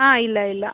ಹಾಂ ಇಲ್ಲ ಇಲ್ಲ